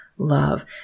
love